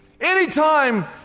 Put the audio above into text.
anytime